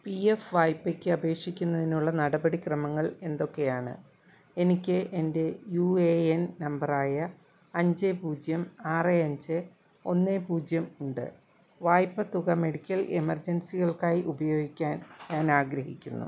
P F വായ്പയ്ക്ക് അപേക്ഷിക്കുന്നതിനുള്ള നടപടിക്രമങ്ങൾ എന്തൊക്കെയാണ് എനിക്ക് എന്റെ യൂ ഏ എൻ നമ്പർ ആയ അഞ്ച് പൂജ്യം ആറ് അഞ്ച് ഒന്ന് പൂജ്യം ഉണ്ട് വായ്പ്പത്തുക മെഡിക്കൽ എമർജൻസികൾക്കായി ഉപയോഗിക്കാൻ ഞാൻ ആഗ്രഹിക്കുന്നു